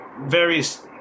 various